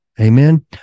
Amen